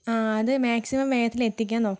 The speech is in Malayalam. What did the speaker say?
ആ അത് മാക്സിമം വേഗത്തിലെത്തിക്കാൻ നോക്കണം